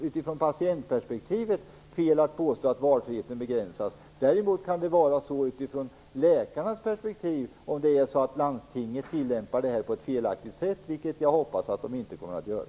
Utifrån patientperspektivet är det fel att påstå att valfriheten begränsas. Däremot kan det vara så utifrån läkarnas perspektiv, om landstinget tillämpar systemet på ett felaktigt sätt, vilket jag hoppas att de inte kommer att göra.